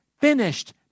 finished